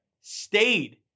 Stayed